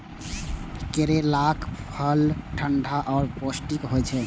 करैलाक फल ठंढा आ पौष्टिक होइ छै